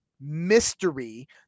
Mystery